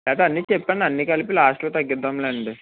లేకపోతే అన్ని చెప్పాను అన్ని కలిపి లాస్ట్లో తగ్గిదాంలేండి